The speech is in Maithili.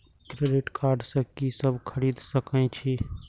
क्रेडिट कार्ड से की सब खरीद सकें छी?